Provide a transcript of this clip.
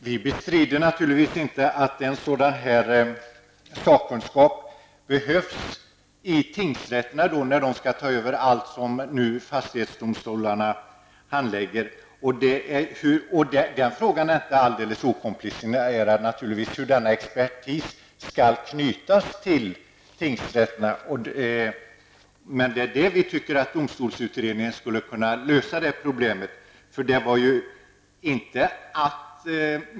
Herr talman! Vi bestrider naturligtvis inte att en sådan här sakkunskap behövs i tingsrätterna i och med att de skall ta över allt det som nu fastighetsdomstolarna handlägger. Den frågan är naturligtvis inte alldeles okomplicerad. Frågan är hur denna expertis skall knytas till tingsrätterna. Vi menar emellertid att domstolsutredningen skulle kunna lösa det problemet.